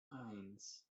eins